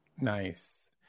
Nice